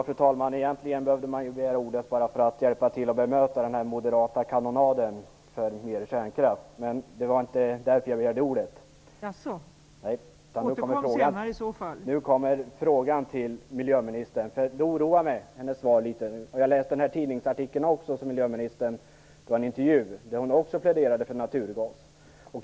Fru talman! Egentligen skulle man behöva begära ordet bara för att hjälpa till att bemöta den moderata kanonaden för mer kärnkraft. Men jag vill ställa en fråga till miljöministern, eftersom hennes svar oroar mig litet. Jag läste också den tidningsartikel där miljöministern intervjuades, där hon pläderade för naturgas.